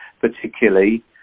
particularly